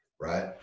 right